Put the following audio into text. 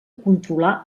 controlar